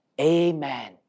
Amen